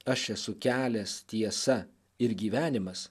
aš esu kelias tiesa ir gyvenimas